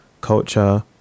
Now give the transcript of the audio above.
culture